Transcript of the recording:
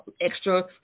extra